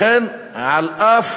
לכן, על אף